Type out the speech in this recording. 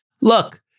look